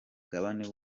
w’u